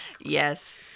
Yes